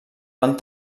van